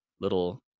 little